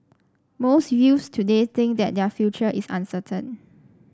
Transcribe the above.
most youths today think that their future is uncertain